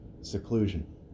seclusion